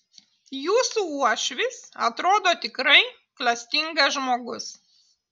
jūsų uošvis atrodo tikrai klastingas žmogus